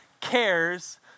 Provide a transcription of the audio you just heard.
cares